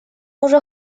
уже